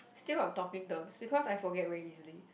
still on talking terms because I forget very easily